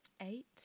Eight